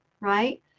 right